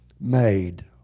made